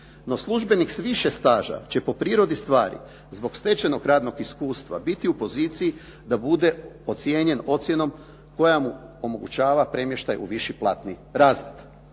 No, službenik s više staža će po prirodi stvari zbog stečenog radnog iskustva biti u poziciji da bude ocijenjen ocjenom koja mu omogućava premještaj u viši platni razred.